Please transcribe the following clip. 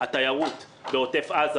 עם התיירות בעוטף עזה,